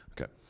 Okay